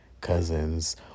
cousins